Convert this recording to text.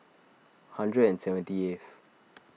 hundred and seventy eight